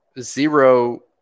zero